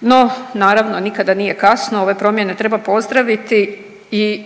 No, naravno nikada nije kasno, ove promjene treba pozdraviti i